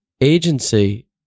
Agency